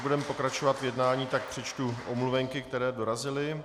Než budeme pokračovat v jednání, tak přečtu omluvenky, které dorazily.